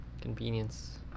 Convenience